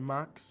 Max